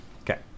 Okay